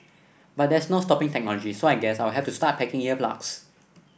but there's no stopping technology so I guess I'll have to start packing ear plugs